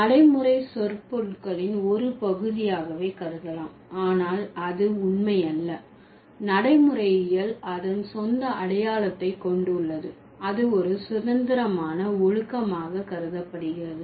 நடைமுறை சொற்பொருள்களின் ஒரு பகுதியாகவே கருதலாம் ஆனால் அது உண்மையல்ல நடைமுறையியல் அதன் சொந்த அடையாளத்தை கொண்டுள்ளது அது ஒரு சுதந்திரமான ஒழுக்கமாக கருதப்படுகிறது